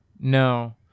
No